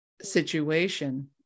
situation